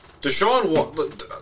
Deshaun